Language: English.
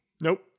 Nope